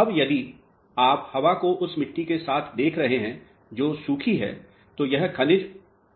अब यदि आप हवा को उस मिट्टी के साथ देख रहे हैं जो सूखी है तो यह मिट्टी